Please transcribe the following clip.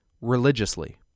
religiously